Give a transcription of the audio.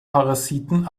parasiten